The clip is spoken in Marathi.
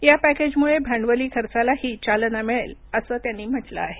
या पॅकेजमुळे भांडवली खर्चालाही चालना मिळेल असं त्यांनी म्हटलं आहे